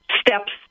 steps